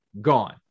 gone